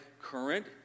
current